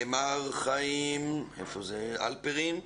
מר חיים הלפרין,